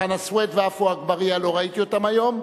חנא סוייד ועפו אגבאריה לא ראיתי אותם היום.